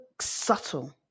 subtle